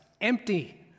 empty